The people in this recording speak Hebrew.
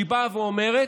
היא באה ואומרת,